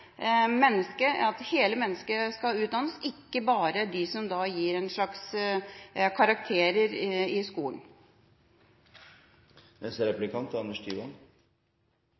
mennesket skal utdannes, ikke bare det som det gis karakterer på i skolen.